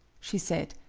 she said,